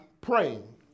praying